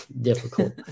difficult